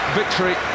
victory